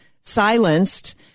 silenced